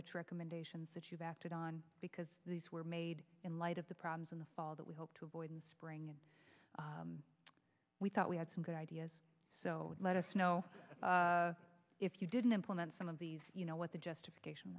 which recommendations that you've acted on because these were made in light of the problems in the fall that we hope to avoid in spring and we thought we had some good ideas so let us know if you didn't implement some of these you know what the justification